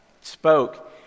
spoke